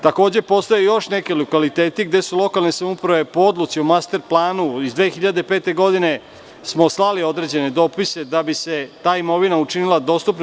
Takođe, postoje još neki lokaliteti gde su lokalne samouprave po odluci u master planu iz 2005. godine slali određene dopise da bi se ta imovina učinila dostupnom.